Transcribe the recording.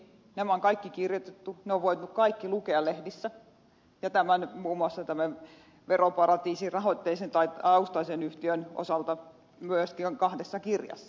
nämä on kaikki kirjoitettu ne on voitu kaikki lukea lehdistä ja muun muassa tämän veroparatiisirahoitteisen tai taustaisen yhtiön osalta ne myöskin ovat kahdessa kirjassa